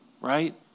Right